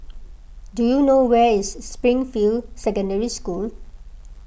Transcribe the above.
do you know where is Springfield Secondary School